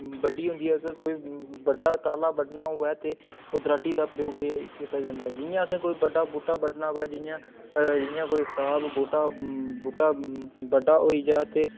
बड्डी होंदी ऐ अगर कोई बड्डा टाह्ल्ला बड्ढना होऐ ते ओह् दराटी दा प्रयोग कीता जंदा जि'यां असें कोई बड्डा बूह्टा बड्ढना होऐ जि'यां जि'यां कोई खराब बूह्टा बूह्टा बड्डा होई जा ते